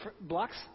blocks